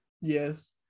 Yes